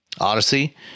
Odyssey